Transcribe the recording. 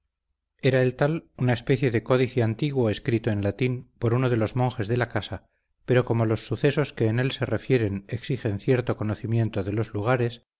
era el tal una especie de códice antiguo escrito en latín por uno de los monjes de la casa pero como los sucesos que en él se refieren exigen cierto conocimiento de los lugares